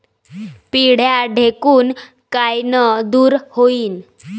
पिढ्या ढेकूण कायनं दूर होईन?